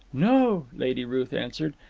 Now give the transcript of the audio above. no, lady ruth answered,